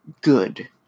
good